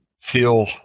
feel